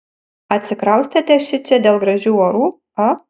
atsikraustėte šičia dėl gražių orų a